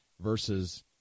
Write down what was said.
versus